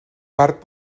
part